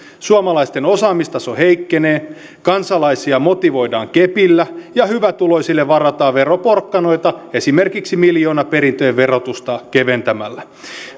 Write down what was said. suomalaisten osaamistaso heikkenee kansalaisia motivoidaan kepillä ja hyvätuloisille varataan veroporkkanoita esimerkiksi miljoonaperintöjen verotusta keventämällä